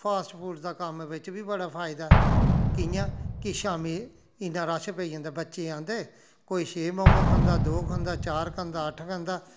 fast foods दा कम्म बिच्च बी बड़ा फायदा ऐ कि'यां कि शाम्मी इन्ना रश पेई जंदा बच्चे औंदे कोई छे मोमोस खंदा दो खंदा चार खंदा अट्ठ खंदा